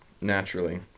naturally